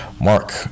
Mark